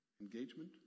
engagement